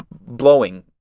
blowing